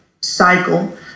cycle